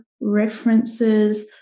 references